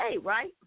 right